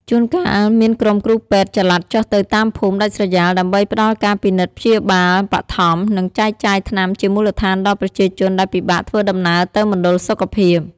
ជួនកាលមានក្រុមគ្រូពេទ្យចល័តចុះទៅតាមភូមិដាច់ស្រយាល ដើម្បីផ្ដល់ការពិនិត្យព្យាបាលបឋម និងចែកចាយថ្នាំជាមូលដ្ឋានដល់ប្រជាជនដែលពិបាកធ្វើដំណើរទៅមណ្ឌលសុខភាព។